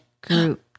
group